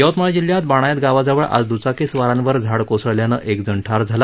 यवतमाळ जिल्ह्यात बाणायत गावाजवळ आज दुचाकीस्वारांवर झाड कोसळल्यानं एक जण ठार झाला